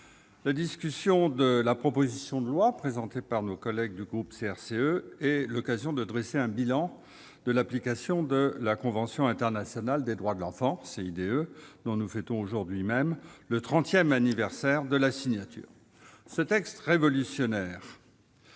la discussion de la proposition de loi présentée par nos collègues du groupe CRCE est l'occasion de dresser un bilan de l'application de la convention internationale des droits de l'enfant, la CIDE, dont nous fêtons aujourd'hui même le trentième anniversaire de la signature. Ce texte révolutionnaire